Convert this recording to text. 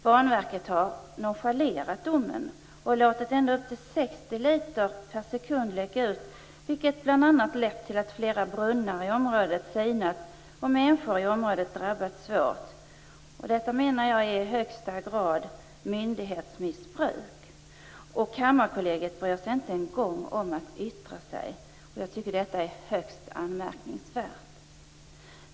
Banverket har nonchalerat domen och låtit ända upp till 60 liter per sekund läcka ut, vilket bl.a. lett till att flera brunnar i området sinat och till att människor drabbats svårt. Detta, menar jag, är i högsta grad myndighetsmissbruk. Kammarkollegiet bryr sig inte en gång om att yttra sig. Jag tycker detta är högst anmärkningsvärt.